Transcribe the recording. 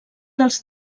dels